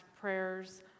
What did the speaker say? prayers